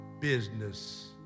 business